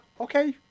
Okay